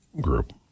group